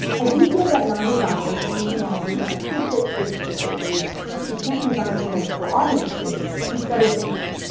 i do feel that non-designers in the humanities are too quick to repeat the cliched you can't design for multiple audiences, instead of thinking,